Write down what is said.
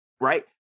right